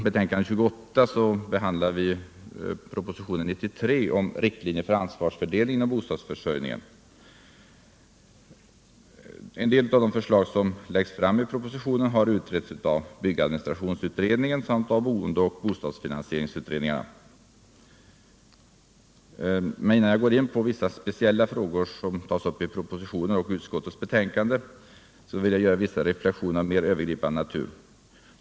En del av de förslag som läggs fram i propositionen har utretts av byggadministrationsutredningen, BAU, samt av boende och bostadsfinansieringsutredningar. Men innan jag går in på vissa speciella frågor som tas upp i propositionen och i utskottets betänkande vill jag göra vissa reflexioner av mer Övergripande natur.